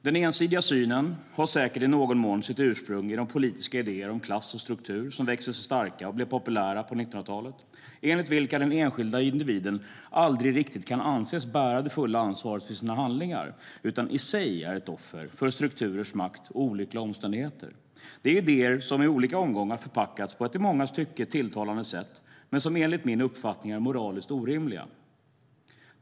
Den ensidiga synen har säkert i någon mån sitt ursprung i de politiska idéer om klass och struktur som växte sig starka och blev populära under 1900-talet, enligt vilka den enskilda individen aldrig riktigt kan anses bära det fulla ansvaret för sina handlingar utan i sig är ett offer för strukturers makt och olyckliga omständigheter. Detta är idéer som i olika omgångar förpackats på ett i mångas tycke tilltalande sätt men som enligt min uppfattning är moraliskt orimliga.